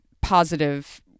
positive